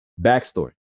backstory